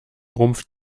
rumpf